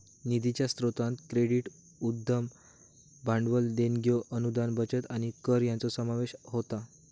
निधीच्या स्रोतांत क्रेडिट, उद्यम भांडवल, देणग्यो, अनुदान, बचत आणि कर यांचो समावेश होता